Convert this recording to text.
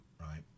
right